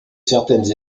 certaines